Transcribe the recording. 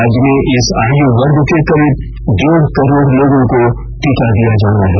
राज्य में इस आयु वर्ग के करीब डेढ़ करोड़ लोगों को टीका दिया जाना है